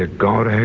ah god!